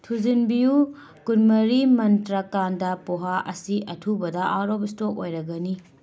ꯊꯨꯖꯤꯟꯕꯤꯌꯨ ꯀꯨꯟ ꯃꯔꯤ ꯃꯟꯇ꯭ꯔꯥ ꯀꯟꯗꯥ ꯄꯣꯍꯥ ꯑꯁꯤ ꯑꯊꯨꯕꯗ ꯑꯥꯎꯠ ꯑꯣꯐ ꯏꯁꯇꯣꯛ ꯑꯣꯏꯔꯒꯅꯤ